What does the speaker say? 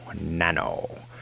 Nano